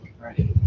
right